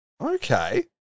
Okay